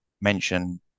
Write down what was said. mention